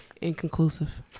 Inconclusive